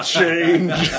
change